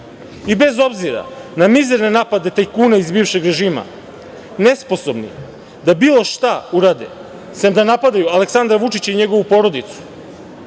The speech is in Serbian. I bez obzira na mizerne napade tajkuna iz bivšeg režima, nesposobnih da bilo šta urade sem da napadaju Aleksandra Vučića i njegovu porodicu,